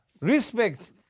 respect